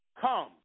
come